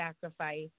sacrifice